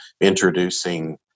introducing